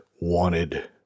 wanted